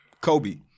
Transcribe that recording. Kobe